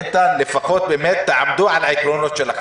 לפחות תעמדו על העקרונות שלכם.